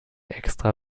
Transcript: extra